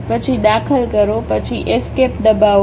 પછી દાખલ કરો પછી એસ્કેપ દબાવો